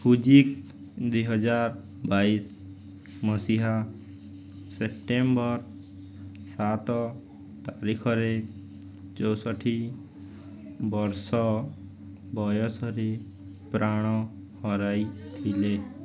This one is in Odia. ଫୁଜିକ୍ ଦୁଇହଜାର ବାଇଶ ମସିହା ସେପ୍ଟେମ୍ବର ସାତ ତାରିଖରେ ଚଉଷଠି ବର୍ଷ ବୟସରେ ପ୍ରାଣ ହରାଇ ଥିଲେ